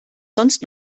sonst